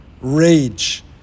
rage